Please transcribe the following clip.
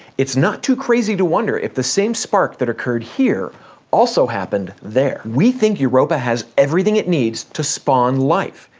it's not too crazy to wonder if the same spark that occurred here also happened there. we think europa has everything it needs to spawn life.